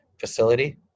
facility